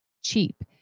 cheap